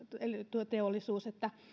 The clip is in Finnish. juomateollisuus sitten siitä kärsisimme